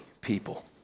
people